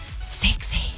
sexy